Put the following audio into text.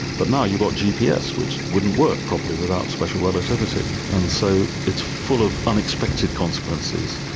but now you've got gps which wouldn't work properly without special relativity, and so it's full of unexpected consequences.